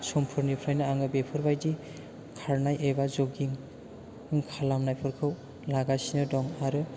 समफोरनिफ्रायनो आङो बेफोरबायदि खारनाय एबा जगिं खालामनायफोरखौ लागासिनो दं आरो